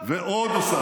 ועוד הוספתי,